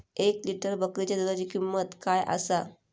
एक लिटर बकरीच्या दुधाची किंमत काय आसा?